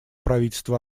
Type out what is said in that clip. правительство